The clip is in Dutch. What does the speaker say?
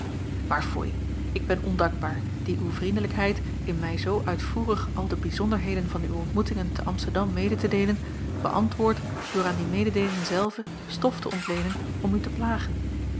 maar foei ik ben ondankbaar die uw vriendelijkheid in mij zoo uitvoerig al de bijzonderheden van uw ontmoetingen te amsterdam mede te deelen beäntwoord door aan die mededeelingen zelve stof te ontleenen om u te plagen